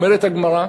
אומרת הגמרא,